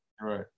Right